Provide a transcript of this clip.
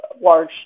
large